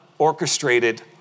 Orchestrated